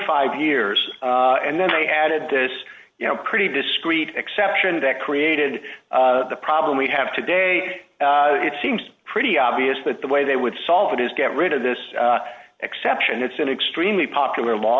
five years and then they added this you know pretty discreet exception that created the problem we have today it seems pretty obvious that the way they would solve it is get rid of this exception it's an extremely popular l